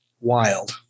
wild